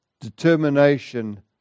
determination